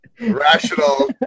rational